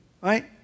right